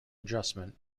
adjustment